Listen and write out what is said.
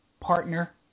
partner